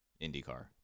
IndyCar